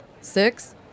Six